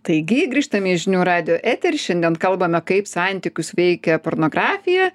taigi grįžtame į žinių radijo eterį šiandien kalbame kaip santykius veikia pornografija